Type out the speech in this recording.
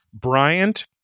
Bryant